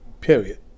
period